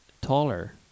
taller